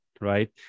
right